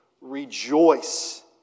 rejoice